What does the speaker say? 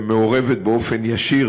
ומעורבת באופן ישיר